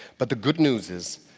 but the good news is,